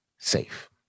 safe